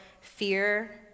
fear